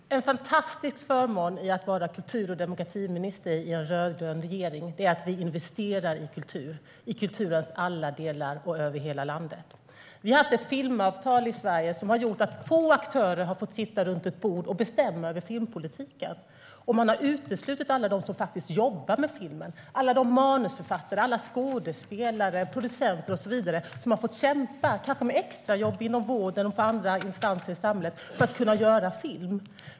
Herr talman! En fantastisk förmån med att vara kultur och demokratiminister i en rödgrön regering är att vi investerar i kultur, i kulturens alla delar och över hela landet. Vi har haft ett filmavtal i Sverige som har gjort att få aktörer har fått sitta med runt bordet och bestämma över filmpolitiken. Och man har uteslutit alla dem som faktiskt jobbar med film, alla manusförfattare, alla skådespelare, alla producenter och så vidare. De har fått kämpa för att kunna göra film, kanske med hjälp av extrajobb inom vården och i andra delar av samhället.